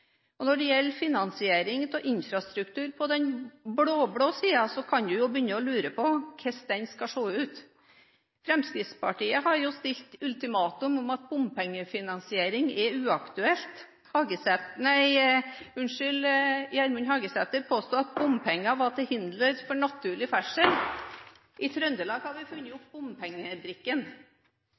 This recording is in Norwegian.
Når det gjelder finansiering av infrastruktur på den blå-blå siden, kan man begynne å lure på hvordan den skal se ut. Fremskrittspartiet har jo stilt ultimatum, at bompengefinansiering er uaktuelt. Gjermund Hagesæter påsto at bompenger var til hinder for naturlig ferdsel. I Trøndelag har vi funnet opp bompengebrikken.